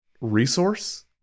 resource